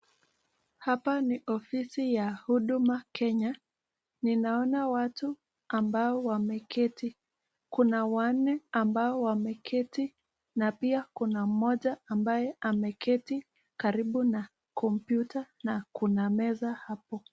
Hapa ni ofisi ya huduma kenya , ninaona watu ambao wameketi kuna wanne ambao wameketi na pia kuna moja ambaye ameketi karibu na kompyuta na kuna meza hapo.